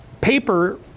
paper